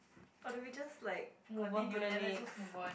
or do we just like move on to the next